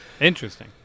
interesting